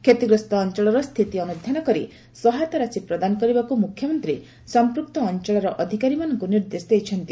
କ୍ଷତିଗ୍ରସ୍ତ ଅଞ୍ଚଳର ସ୍ଥିତି ଅନୁଧ୍ୟାନ କରି ସହାୟତା ରାଶି ପ୍ରଦାନ କରିବାକୁ ମୁଖ୍ୟମନ୍ତ୍ରୀ ସଂପୂକ୍ତ ଅଞ୍ଚଳର ଅଧିକାରୀମାନଙ୍କୁ ନିର୍ଦ୍ଦେଶ ଦେଇଛନ୍ତି